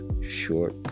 short